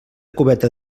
cubeta